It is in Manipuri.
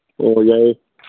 ꯑꯣ ꯌꯥꯏꯌꯦ